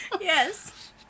Yes